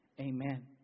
Amen